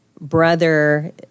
brother